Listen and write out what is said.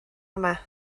yma